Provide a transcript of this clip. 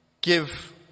give